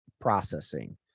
processing